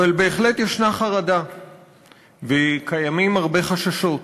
אבל בהחלט, יש חרדה וקיימים הרבה חששות.